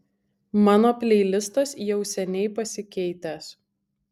mano pleilistas jau seniai pasikeitęs